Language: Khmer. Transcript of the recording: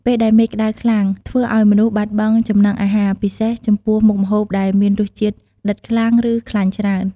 ពេលដែលមេឃក្តៅខ្លាំង ធ្វើឱ្យមនុស្សបាត់បង់ចំណង់អាហារ ពិសេសចំពោះមុខម្ហូបដែលមានរសជាតិដិតខ្លាំង ឬ ខ្លាញ់ច្រើន។